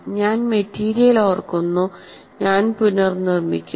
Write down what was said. ഞാൻ മെറ്റീരിയൽ ഓർക്കുന്നു ഞാൻ പുനർനിർമ്മിക്കുന്നു